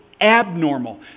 abnormal